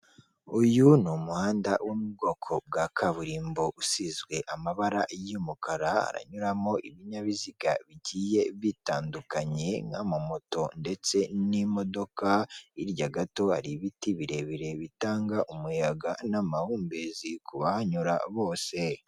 Uyu ni umuhanda wo mu bwoko bwa kaburimbo usizwe amabara y'umukara, haranyuramo ibinyabiziga bigiye bitandukanye nk'amamoto ndetse n'imodoka, hirya gato hari ibiti birebire bitanga umuyaga n'amahumbezi kubanhanyura bose.